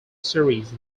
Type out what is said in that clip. series